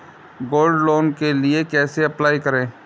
Gold loan के लिए कैसे अप्लाई करें?